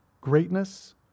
greatness